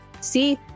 See